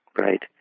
Right